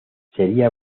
sería